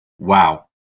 Wow